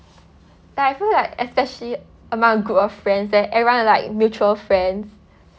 but I feel like especially among a group of friends where everyone are like mutual friends